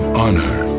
honor